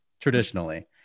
traditionally